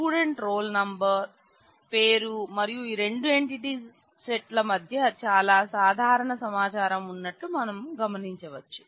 student roll number మధ్య చాలా సాధారణ సమాచారం ఉన్నట్లు మనం గమనించవచ్చు